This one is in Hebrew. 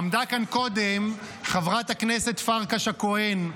עמדה כאן קודם חברת הכנסת פרקש הכהן,